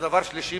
ודבר שלישי,